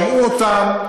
שמעו אותן.